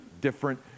different